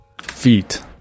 Feet